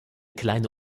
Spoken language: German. kleine